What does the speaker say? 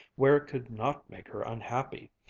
where it could not make her unhappy,